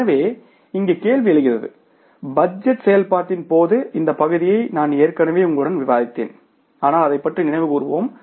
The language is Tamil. எனவே கேள்வி எழுகிறது பட்ஜெட் செயல்பாட்டின் போது இந்த பகுதியை நான் ஏற்கனவே உங்களுடன் விவாதித்தேன் ஆனால் அதைப் பற்றி நினைவுகூருவோம்